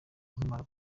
nkimara